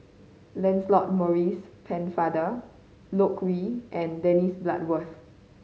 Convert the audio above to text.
Lancelot Maurice Pennefather Loke Yew and Dennis Bloodworth